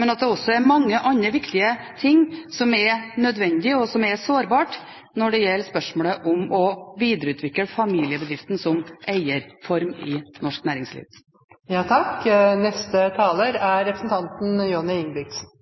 men at det er også er mange andre viktige ting som er nødvendig og som er sårbart når det gjelder spørsmålet om å videreutvikle familiebedriften som eierform i norsk næringsliv.